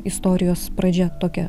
istorijos pradžia tokia